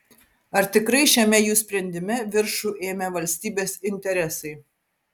ar tikrai šiame jų sprendime viršų ėmė valstybės interesai